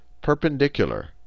Perpendicular